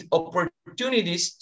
opportunities